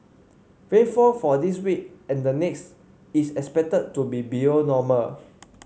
rainfall for this week and the next is expected to be below normal